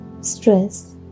stress